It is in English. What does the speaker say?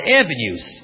avenues